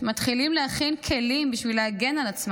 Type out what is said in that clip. מתחילים להכין כלים בשביל להגן על עצמם.